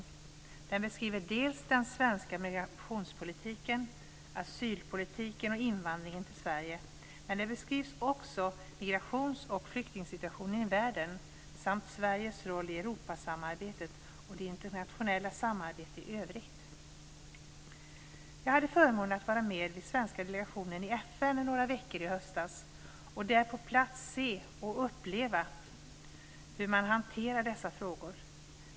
I den beskrivs dels den svenska migrationspolitiken, asylpolitiken och invandringen till Sverige, dels också migrations och flyktingssituationen i världen. Sveriges roll i Europasamarbetet och det internationella samarbetet i övrigt beskrivs också. Jag hade förmånen att få vara med vid den svenska delegationen i FN under några veckor i höstas och på plats se och uppleva hur man hanterar dessa frågor.